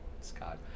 Scott